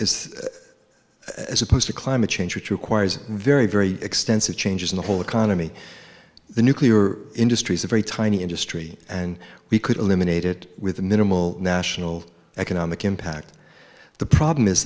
is as opposed to climate change which requires very very extensive changes in the whole economy the nuclear industry is a very tiny industry and we could eliminate it with a minimal national economic impact the problem is